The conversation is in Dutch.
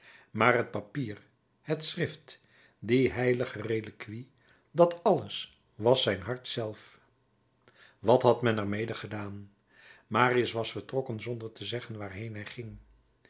maar het papier het schrift die heilige reliquie dat alles was zijn hart zelf wat had men er mede gedaan marius was vertrokken zonder te zeggen waarheen hij ging